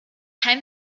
keine